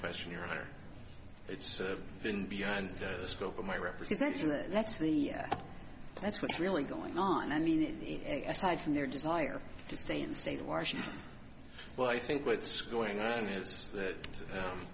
question your honor it's been beyond the scope of my represents and that's the that's what's really going on i mean aside from their desire to stay in the state of washington well i think what's going on is that